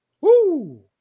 Woo